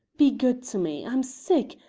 be good to me. i'm sick,